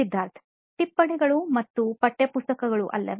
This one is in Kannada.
ಸಿದ್ಧಾರ್ಥ್ ಟಿಪ್ಪಣಿಗಳು ಮತ್ತು ಪಠ್ಯಪುಸ್ತಕಗಳು ಅಲ್ಲವೇ